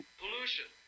pollution